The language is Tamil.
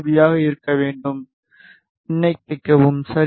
பியாக இருக்க வேண்டும் விண்ணப்பிக்கவும் சரி